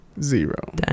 zero